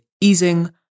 easing